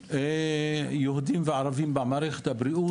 יהודים וערבים במערכת הבריאות,